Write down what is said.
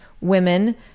women